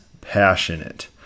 passionate